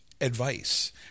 advice